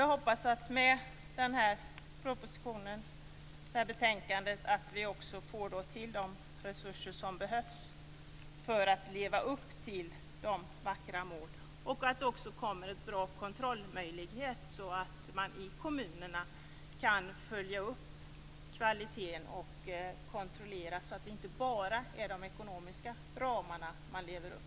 Jag hoppas att vi med den här propositionen och det här betänkandet också får till de resurser som behövs för att leva upp till de vackra målen och att det kommer en bra kontrollmöjlighet, så att man i kommunerna kan följa upp kvaliteten och kontrollera att man inte lever upp bara till de ekonomiska ramarna.